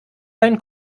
dein